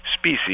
species